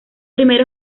primer